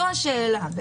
זו השאלה.